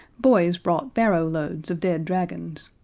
boys brought barrowloads of dead dragons,